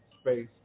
space